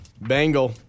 Bangle